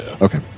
Okay